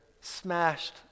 smashed